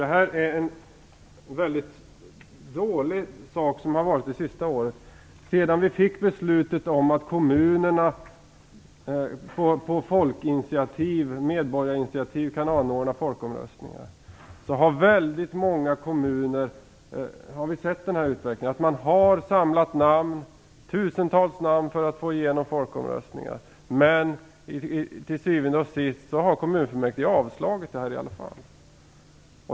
Det har varit väldigt dåligt de senaste åren. Sedan vi beslutade om att kommunerna på medborgarinitiativ kan anordna folkomröstningar har vi i många kommuner sett den utvecklingen att människor har samlat tusentals namn för att få en folkomröstning. Men till syvende och sist har kommunfullmäktige avslagit begäran i alla fall.